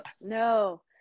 No